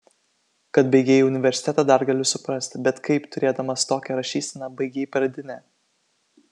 kad baigei universitetą dar galiu suprasti bet kaip turėdamas tokią rašyseną baigei pradinę